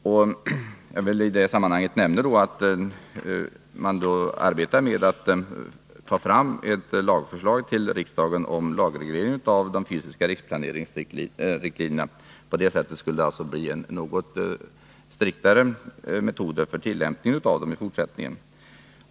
Jag vill i detta sammanhang nämna att man nu arbetar med att ta fram ett lagförslag till riksdagen om reglering av riktlinjerna för den fysiska riksplaneringen så att det skall bli något striktare metoder för tillämpning av dem i fortsättningen.